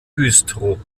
güstrow